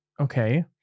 Okay